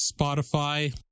Spotify